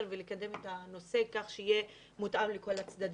ולקדם את הנושא כך שיהיה מותאם לכל הצדדים.